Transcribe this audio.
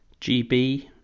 GB